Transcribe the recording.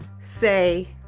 say